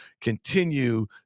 continue